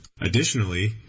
Additionally